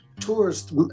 tourist